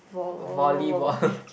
volleyball